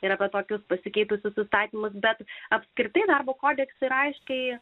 ir apie tokius pasikeitusius įstatymus bet apskritai darbo kodekse aiškiai